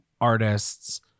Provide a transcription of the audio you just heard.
artists